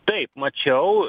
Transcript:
taip mačiau